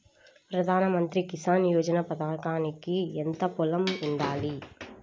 ప్రధాన మంత్రి కిసాన్ యోజన పథకానికి ఎంత పొలం ఉండాలి?